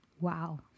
wow